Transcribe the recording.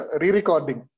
re-recording